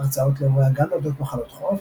הרצאות להורי הגן אודות מחלות חורף,